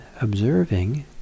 observing